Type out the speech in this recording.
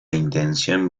intención